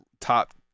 top –